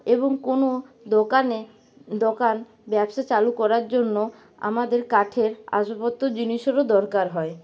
এবং কোনো দোকানে দোকান ব্যবসা চালু করার জন্য আমাদের কাঠের আসবাপত্র জিনিসেরও দরকার হয়